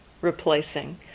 replacing